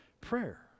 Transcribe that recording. prayer